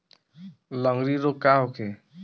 लगंड़ी रोग का होखे?